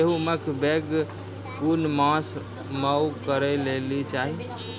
गेहूँमक बौग कून मांस मअ करै लेली चाही?